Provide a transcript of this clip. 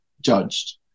judged